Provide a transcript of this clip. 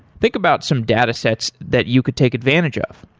think about some datasets that you could take advantage of.